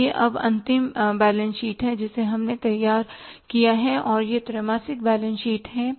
तो यह अब अंतिम बैलेंस शीट है जिसे हमने तैयार किया है और यह त्रैमासिक बैलेंस शीट है